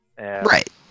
Right